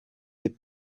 des